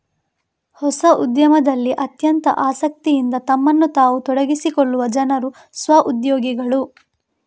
ಹೊಸ ಉದ್ಯಮದಲ್ಲಿ ಅತ್ಯಂತ ಆಸಕ್ತಿಯಿಂದ ತಮ್ಮನ್ನು ತಾವು ತೊಡಗಿಸಿಕೊಳ್ಳುವ ಜನರು ಸ್ವ ಉದ್ಯೋಗಿಗಳು